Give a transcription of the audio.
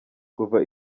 kuva